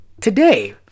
today